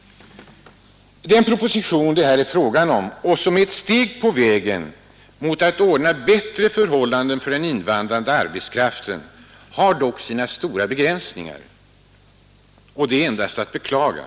Tisdagen den Propositionen är ett steg på vägen mot att ordna bättre förhållanden för S devembef 1972 den invandrande arbetskraften, men den har sina stora begränsningar. Det ——— är endast att beklaga.